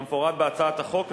כמפורט בהצעת החוק,